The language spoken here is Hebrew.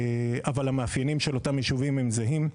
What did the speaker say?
אבל המאפיינים של אותם יישובים הם זהים.